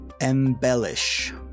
Embellish